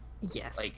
Yes